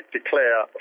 declare